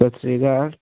ਸਤਿ ਸ੍ਰੀ ਅਕਾਲ